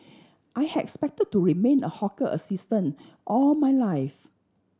I had expected to remain a hawker assistant all my life